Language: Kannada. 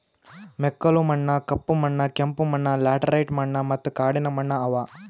ಮೆಕ್ಕಲು ಮಣ್ಣ, ಕಪ್ಪು ಮಣ್ಣ, ಕೆಂಪು ಮಣ್ಣ, ಲ್ಯಾಟರೈಟ್ ಮಣ್ಣ ಮತ್ತ ಕಾಡಿನ ಮಣ್ಣ ಅವಾ